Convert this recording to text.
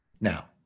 Now